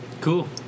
Cool